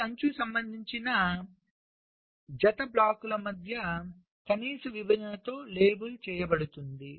ప్రతి అంచు సంబంధిత జత బ్లాకుల మధ్య కనీస విభజనతో లేబుల్ చేయబడుతుంది